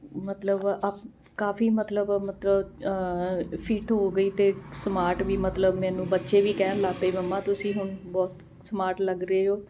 ਮਤਲਬ ਅਪ ਕਾਫੀ ਮਤਲਬ ਮਤਲਬ ਫਿੱਟ ਹੋ ਗਈ ਅਤੇ ਸਮਾਰਟ ਵੀ ਮਤਲਬ ਮੈਨੂੰ ਬੱਚੇ ਵੀ ਕਹਿਣ ਲੱਗ ਪਏ ਮੰਮਾ ਤੁਸੀਂ ਹੁਣ ਬਹੁਤ ਸਮਾਰਟ ਲੱਗ ਰਹੇ ਹੋ